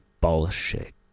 bullshit